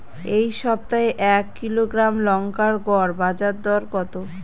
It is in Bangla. এই সপ্তাহে এক কিলোগ্রাম লঙ্কার গড় বাজার দর কত?